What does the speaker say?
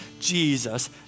Jesus